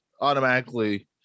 automatically